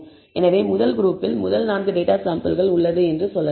எனவே முதல் குரூப்பில் முதல் 4 டேட்டா சாம்பிள்கள் உள்ளது என்று சொல்லலாம்